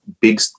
big